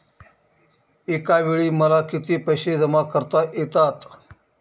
एकावेळी मला किती पैसे जमा करता येतात?